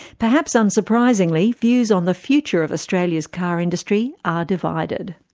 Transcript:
perhaps unsurprisingly, views on the future of australia's car industry are divided.